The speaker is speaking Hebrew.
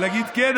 ולהגיד: כן,